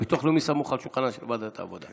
הביטוח הלאומי סמוך על שולחנה של ועדת העבודה.